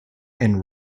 and